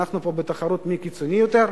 אנחנו פה בתחרות מי קיצוני יותר?